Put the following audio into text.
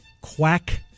Quack